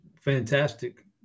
fantastic